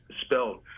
spelled